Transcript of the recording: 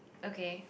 okay